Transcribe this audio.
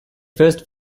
first